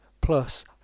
plus